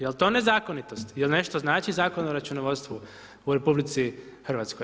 Jel to nezakonitost, jel nešto znači Zakon o računovodstvu u RH?